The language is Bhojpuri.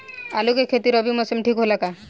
आलू के खेती रबी मौसम में ठीक होला का?